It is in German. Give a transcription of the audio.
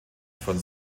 von